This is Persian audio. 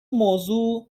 موضوع